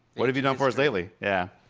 what have you done for us lately? yeah.